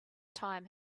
time